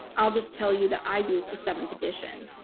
i'll just tell you that i used the seventh edition.